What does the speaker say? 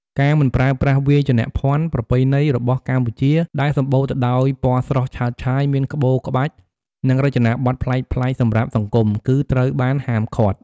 ការមិនប្រើប្រាស់វាយនភ័ណ្ឌប្រពៃណីរបស់កម្ពុជាដែលសម្បូរទៅដោយពណ៌ស្រស់ឆើតឆាយ មានក្បូរក្បាច់ និងរចនាបទប្លែកៗសម្រាប់សង្គម គឺត្រូវបានហាម់ឃាត់។